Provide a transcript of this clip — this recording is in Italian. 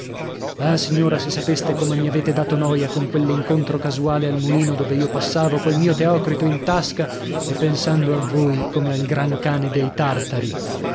ah signora se sapeste come mi avete dato noia con quell'incontro casuale al mulino dove io passavo col mio teocrito in tasca e pensando a voi come al gran cane dei tartari